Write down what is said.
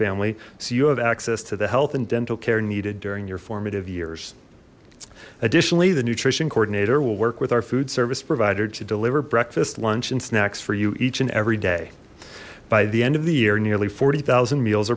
family so you have access to the health and dental care needed during your formative years additionally the nutrition coordinator will work with our food service provider to deliver breakfast lunch and snacks for you each and every day by the end of the year nearly forty thousand meals